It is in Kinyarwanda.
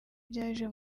byaje